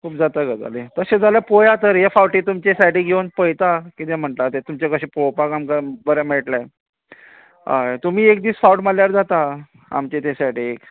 खूब जाता गजाली तशें जाल्यार पळोवया तर ह्या फावटी तुमचे सायडीक येवन पळयता कितें म्हणटा तें तुमचें कशें पळोवपाक आमकां बरें मेळटलें हय तुमी एक दीस फावट मारल्यार जाता आमचे ते सायडीक